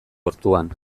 ortuan